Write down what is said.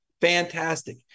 Fantastic